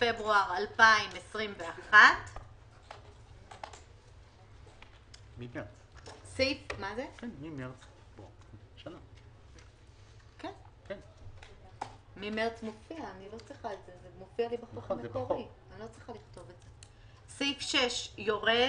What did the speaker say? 28.2.2021. סעיף 6 יורד,